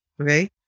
okay